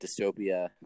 dystopia